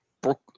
Brooke